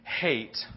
hate